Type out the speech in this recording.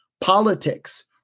politics